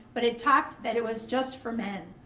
but it talked that it was just for men.